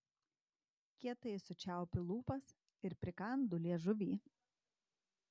kietai sučiaupiu lūpas ir prikandu liežuvį